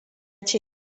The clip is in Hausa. ce